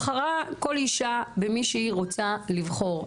בחרה כל אישה במי שהיא רוצה לבחור,